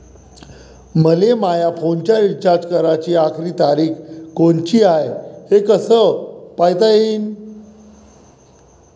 मले माया फोनचा रिचार्ज कराची आखरी तारीख कोनची हाय, हे कस पायता येईन?